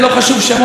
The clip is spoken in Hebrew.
לא חשוב שמות,